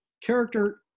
character